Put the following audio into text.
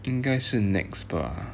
应该是 NEX bah